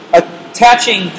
attaching